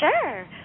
Sure